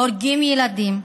הורגים ילדים,